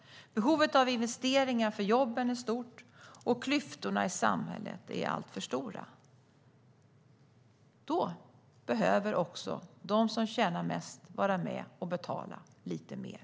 Behovet av investeringar för jobben är stort, och klyftorna i samhället är alltför stora. Då behöver också de som tjänar mest vara med och betala lite mer.